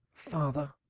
father,